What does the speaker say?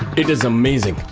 it is amazing!